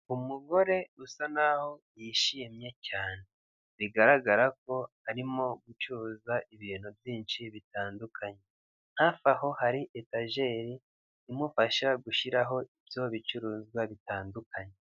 Umugore usa naho yishimye cyane bigaragara ko arimo gucuruza ibintu byinshi cyane, haifi aho hari etajeri imufasha gushyiraho ibyo bicuruzwa bitandukanye.